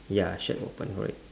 ya shack open correct